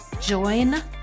join